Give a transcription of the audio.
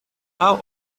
how